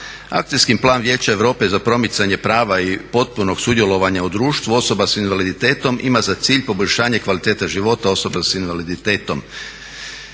Akcijski plan Vijeća Europe za promicanje prava i potpunog sudjelovanja u društvu osoba s invaliditetom ima za cilj poboljšanje kvalitete života osoba s invaliditetom.